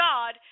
God